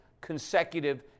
consecutive